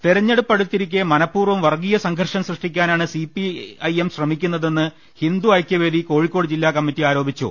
തെരഞ്ഞെടുപ്പ് അടുത്തിരിക്കെ മനഃപൂർവ്വം വർഗ്ഗീയ സംഘർഷം സൃഷ്ടിക്കാനാണ് സിപിഎം ശ്രമിക്കുന്നതെന്ന് ഹിന്ദു ഐക്യവേദി കോഴിക്കോട് ജില്ലാ കമ്മിറ്റി ആരോപിച്ചു